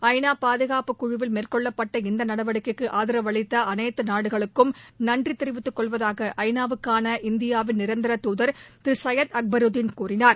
ஐ நா பாதுகாப்புக் குழுவில் மேற்கொள்ளப்பட்ட இந்த நடவடிக்கைக்கு ஆதரவு அளித்த அனைத்து நாடுகளுக்கும் நன்றி தெரிவித்துக் கொள்வதாக ஐ நா வுக்கான இந்தியாவின் நிரந்தர துதர் திரு சையத் அக்பருதீன் கூறினார்